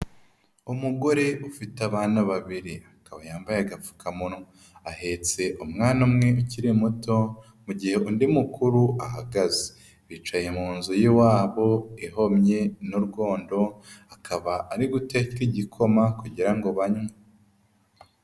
Umugore ufite abana babiri akaba yambaye agapfukamunwa. Ahetse umwana umwe ukiri muto mu gihe undi mukuru ahagaze. Bicaye mu nzu y'iwabo ihomye n'urwondo, akaba ari guteka igikoma kugira ngo banywe.